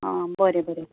आं बरें बरें